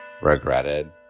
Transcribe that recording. regretted